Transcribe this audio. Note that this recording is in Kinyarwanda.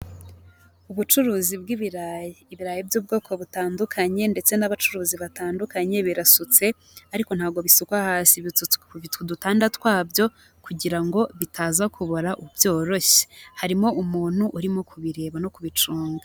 Ubucuruzi bw'ibirayi, ibirayi by'ubwoko butandukanye ndetse n'abacuruzi batandukanye birasutse ariko ntabwo bisukwa hasi, bisutswe ku dutanda twabyo kugira ngo bitaza kubora byoroshye, harimo umuntu urimo kubireba no kubicunga.